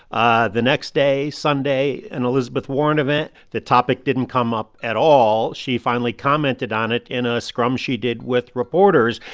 ah the next day, sunday, an elizabeth warren event the topic didn't come up at all. she finally commented on it in a scrum she did with reporters.